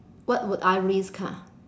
what would I risk ha